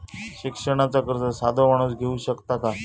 शिक्षणाचा कर्ज साधो माणूस घेऊ शकता काय?